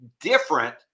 different